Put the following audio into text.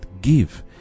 Give